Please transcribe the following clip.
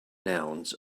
nouns